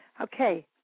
Okay